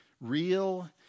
Real